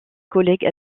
collègues